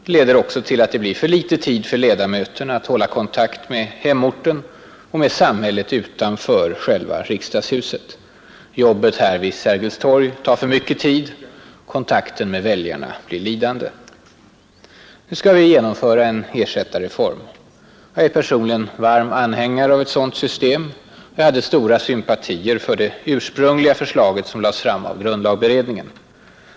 Det leder också till att det blir för liten tid för ledamöterna att hålla kontakt med hemorten och med samhället utanför själva riksdagshuset. Jobbet här vid Sergels torg tar för mycken tid, kontakten med väljarna blir lidande. Nu skall vi genomföra en ersättarreform. Jag är personligen varm anhängare av ett sådant system och hade stora sympatier för det ursprungliga förslag som lades fram av grundlagberedningen.